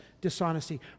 dishonesty